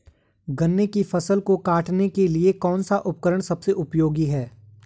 गन्ने की फसल को काटने के लिए कौन सा उपकरण सबसे उपयोगी है?